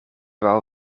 wou